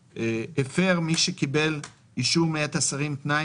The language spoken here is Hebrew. " הפר מי שקיבל אישור מאת השרים תנאי